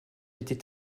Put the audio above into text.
été